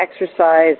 exercise